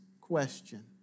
question